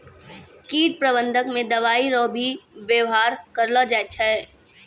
कीट प्रबंधक मे दवाइ रो भी वेवहार करलो जाय छै